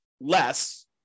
Less